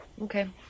Okay